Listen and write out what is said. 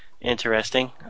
interesting